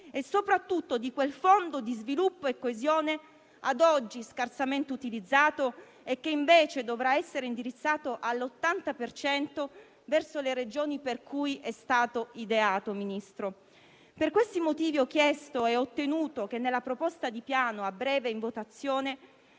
e, soprattutto, di quel Fondo di sviluppo e coesione a oggi scarsamente utilizzato e che, invece, dovrà essere indirizzato all'80 per cento verso le Regioni per cui è stato ideato. Ministro, per questi motivi ho chiesto e ottenuto che nella proposta di Piano a breve in votazione